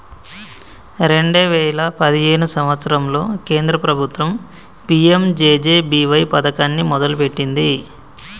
రెండే వేయిల పదిహేను సంవత్సరంలో కేంద్ర ప్రభుత్వం పీ.యం.జే.జే.బీ.వై పథకాన్ని మొదలుపెట్టింది